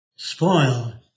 spoiled